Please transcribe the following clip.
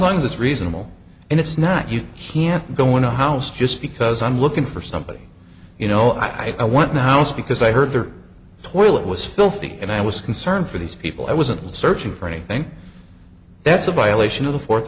long as it's reasonable and it's not you can't go in a house just because i'm looking for somebody you know i want the house because i heard their toilet was filthy and i was concerned for these people i wasn't searching for anything that's a violation of the fourth